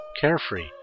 carefree